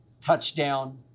touchdown